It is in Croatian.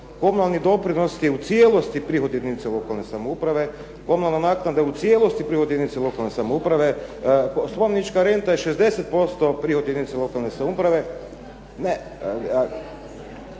komunalni doprinos je u cijelosti prihod jedinica lokalne samouprave. Komunalna naknada je u cijelosti prihod jedinica lokalne samouprave. Poslovnička renta je 60% prihod jedinice lokalne samouprave.